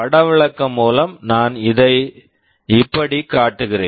படவிளக்கம் மூலம் நான் இதை இப்படி காட்டுகிறேன்